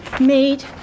made